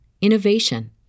innovation